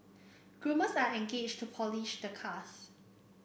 groomers are engaged to polish the cars